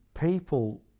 people